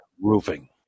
Roofing